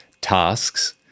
tasks